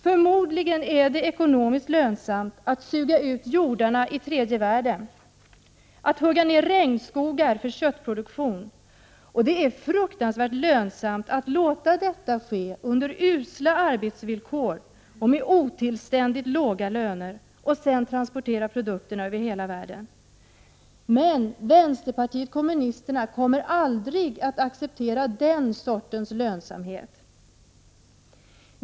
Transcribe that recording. Förmodligen är det ekonomiskt lönsamt att suga ut jordarna i tredje världen, att hugga ner regnskogar för köttproduktion. Och det är fruktansvärt lönsamt att låta detta ske under usla arbetsvillkor och med otillständigt låga löner och sedan transportera produkterna över hela världen. Men vpk kommer aldrig att acceptera den sortens lönsamhet.